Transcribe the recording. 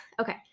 Okay